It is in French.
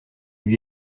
lui